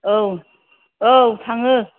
औ औ थाङो